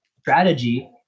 strategy